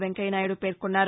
వెంకయ్యనాయుడు పేర్కొన్నారు